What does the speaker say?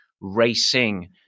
racing